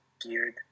geared